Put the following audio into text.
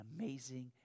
amazing